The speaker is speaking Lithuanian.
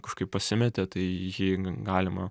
kažkaip pasimetė tai jį galima